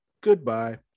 goodbye